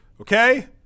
okay